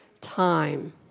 time